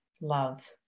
love